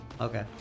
Okay